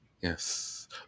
Yes